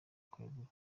kwegura